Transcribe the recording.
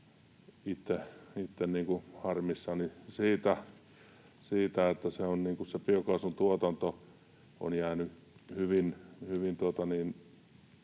olen harmissani siitä, että biokaasun tuotanto on jäänyt vähän